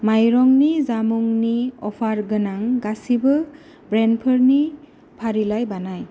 माइरंनि जामुंनि अफार गोनां गासैबो ब्रेन्डफोरनि फारिलाइ बानाय